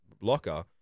locker